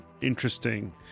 interesting